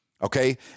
Okay